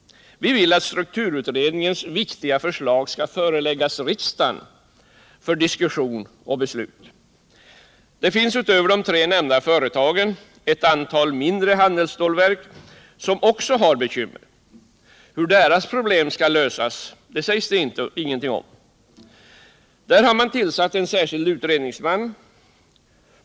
Vi vill att strukturutredningens viktiga förslag skall föreläggas riksdagen för diskussion och beslut. Det finns utöver de tre nämnda företagen ett antal mindre handelsstålverk som också har bekymmer. Hur deras problem skall lösas sägs ingenting om. Där har man tillsatt en särskild utredning.